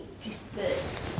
dispersed